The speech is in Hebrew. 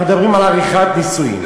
אנחנו מדברים על עריכת נישואין.